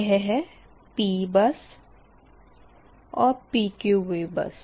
यह है P bus और PQV बस